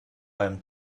einem